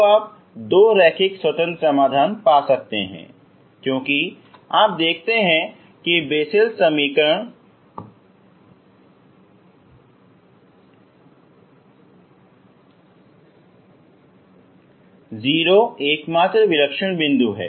तो आप दो रैखिक स्वतंत्र समाधान पा सकते हैं क्योंकि आप देखते हैं कि बेसेल समीकरण 0 एकमात्र विलक्षण बिंदु है